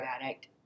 addict